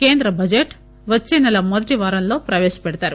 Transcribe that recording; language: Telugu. కేంద్ర బడ్లెట్ వచ్చే నెల మొదటి వారంలో ప్రవేశపెడతారు